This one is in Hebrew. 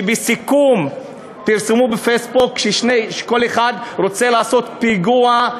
שבסיכום פרסמו בפייסבוק שכל אחד רוצה לעשות פיגוע,